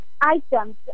items